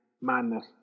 Madness